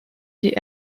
die